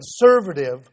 conservative